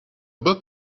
book